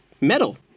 metal